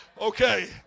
Okay